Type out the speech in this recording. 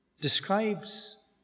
describes